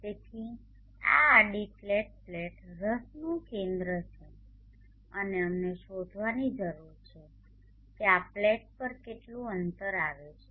તેથી આ આડી ફ્લેટ પ્લેટ રસનું કેન્દ્ર છે અને અમને શોધવાની જરૂર છે કે આ પ્લેટ પર કેટલું અંતર આવે છે